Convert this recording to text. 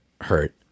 hurt